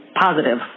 positive